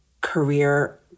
career